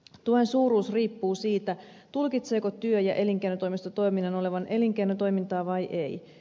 tuen suuruus riippuu siitä tulkitseeko työ ja elinkeinotoimisto toiminnan olevan elinkeinotoimintaa vai ei